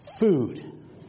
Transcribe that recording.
Food